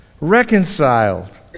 Reconciled